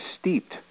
steeped